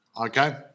Okay